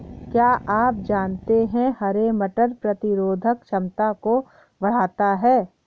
क्या आप जानते है हरे मटर प्रतिरोधक क्षमता को बढ़ाता है?